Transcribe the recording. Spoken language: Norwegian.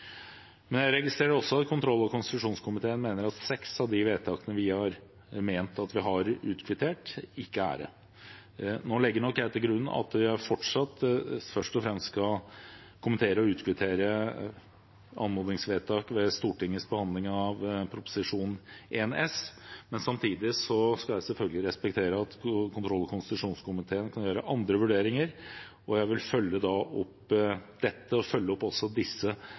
Jeg registrerer at kontroll- og konstitusjonskomiteen mener at seks av de vedtakene vi har ment at vi har utkvittert, ikke er det. Nå legger nok jeg til grunn at vi fortsatt først og fremst skal kommentere og utkvittere anmodningsvedtak ved Stortingets behandling av Prop. 1 S, men samtidig skal jeg selvfølgelig respektere at kontroll- og konstitusjonskomiteen kan gjøre andre vurderinger, og jeg vil følge opp dette, følge opp disse